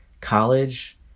college